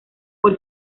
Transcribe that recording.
por